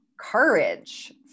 courage